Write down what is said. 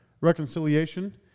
reconciliation